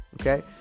okay